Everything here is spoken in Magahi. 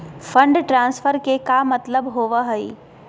फंड ट्रांसफर के का मतलब होव हई?